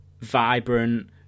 vibrant